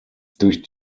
durch